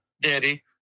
daddy